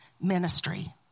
ministry